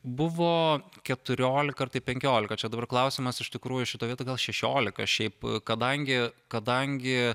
buvo keturiolika ar penkiolika čia dabar klausimas iš tikrųjų šitoj vietoj gal šešiolika šiaip kadangi kadangi